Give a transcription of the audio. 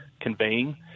conveying